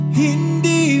hindi